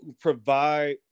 provide